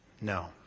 No